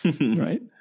Right